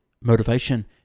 motivation